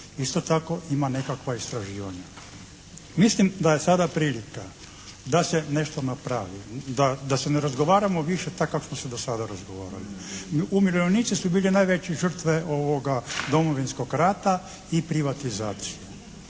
Isto tako ima nekakva istraživanja. Mislim da je sada prilika da se nešto napravi, da se ne razgovaramo više tak kak smo se do sada razgovarali. Umirovljenici su bili najveće žrtve Domovinskog rata i privatizacije.